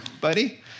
buddy